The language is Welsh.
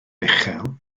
uchel